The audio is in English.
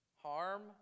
harm